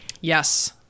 Yes